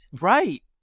right